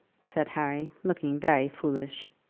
said harry, looking very foolish.